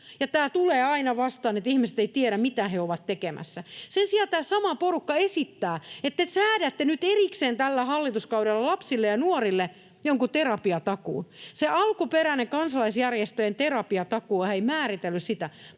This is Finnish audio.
tämä tulee aina vastaan, että ihmiset eivät tiedä, mitä he ovat tekemässä. Sen sijaan tämä sama porukka esittää, että te säädätte nyt erikseen tällä hallituskaudella lapsille ja nuorille jonkun terapiatakuun. Se alkuperäinen kansalaisjärjestöjen terapiatakuuhan ei määritellyt sitä,